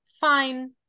fine